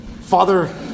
Father